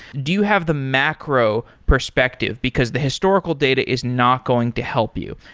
do you have the macro perspective? because the historical data is not going to help you.